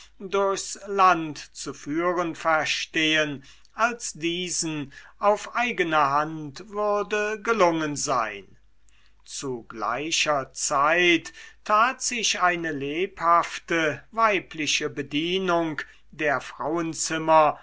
durchs land zu führen verstehen als diesen auf eigene hand würde gelungen sein zu gleicher zeit tat sich eine lebhafte weibliche bedienung der frauenzimmer